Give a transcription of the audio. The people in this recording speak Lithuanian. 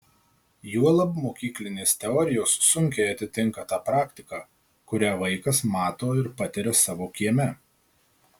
juolab mokyklinės teorijos sunkiai atitinka tą praktiką kurią vaikas mato ir patiria savo kieme